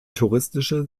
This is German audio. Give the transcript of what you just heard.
touristische